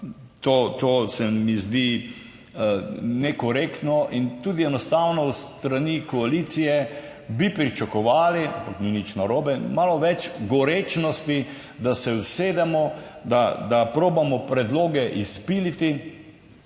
to se mi zdi nekorektno in tudi enostavno s strani koalicije bi pričakovali, ampak ni nič narobe, malo več gorečnosti, da se usedemo, da probamo predloge izpiliti.